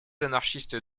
anarchistes